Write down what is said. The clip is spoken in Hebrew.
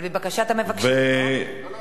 לבקשת המבקשים, לא?